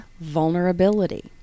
vulnerability